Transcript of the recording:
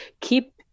keep